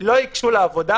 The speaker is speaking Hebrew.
לא ייגשו לעבודה,